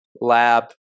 lab